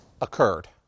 occurred